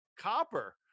copper